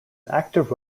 active